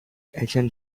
agent